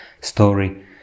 story